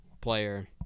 player